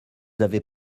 avez